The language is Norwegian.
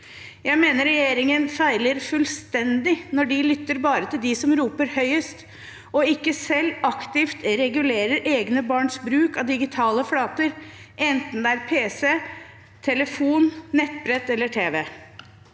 Jeg mener regjeringen feiler fullstendig når den bare lytter til dem som roper høyest, som ikke selv aktivt regulerer egne barns bruk av digitale flater, enten det er telefon, pc, nettbrett eller tv.